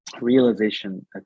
realization